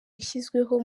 yashyizweho